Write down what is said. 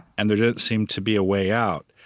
and there didn't seem to be a way out.